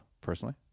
personally